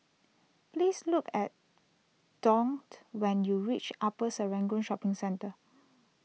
please look at Dougt when you reach Upper Serangoon Shopping Centre